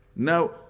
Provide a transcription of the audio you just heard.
Now